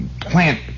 plant